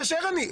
כשר אני.